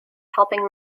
helping